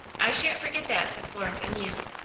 i shan't forget that, said florence, amused.